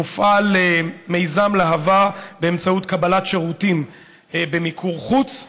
מופעל מיזם להב"ה באמצעות קבלת שירותים במיקור חוץ,